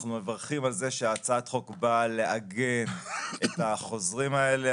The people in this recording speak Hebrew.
אנחנו מברכים על זה שהצעת החוק באה לעגן את החוזרים האלה.